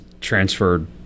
transferred